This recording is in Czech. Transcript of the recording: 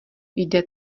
jde